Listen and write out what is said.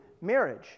marriage